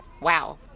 Wow